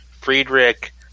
Friedrich